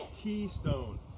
Keystone